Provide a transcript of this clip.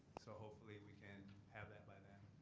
so hopefully we can have that by then.